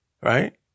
Right